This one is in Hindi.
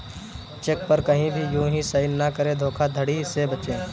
चेक पर कहीं भी यू हीं साइन न करें धोखाधड़ी से बचे